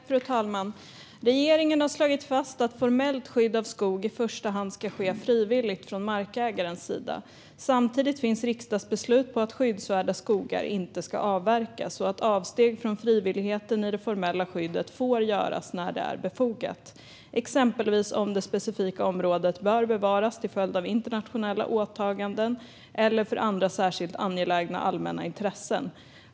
Fru talman! Regeringen har slagit fast att formellt skydd av skog i första hand ska ske frivilligt från markägarens sida. Samtidigt finns riksdagsbeslut om att skyddsvärda skogar inte ska avverkas och att avsteg från frivilligheten i det formella skyddet får göras när det är befogat, exempelvis om det specifika området bör bevaras till följd av internationella åtaganden eller för andra särskilt angelägna allmänna intressen.